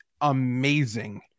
amazing